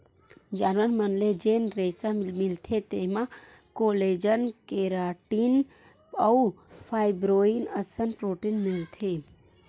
जानवर मन ले जेन रेसा मिलथे तेमा कोलेजन, केराटिन अउ फाइब्रोइन असन प्रोटीन मिलथे